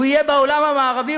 הוא יהיה בעולם המערבי,